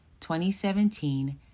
2017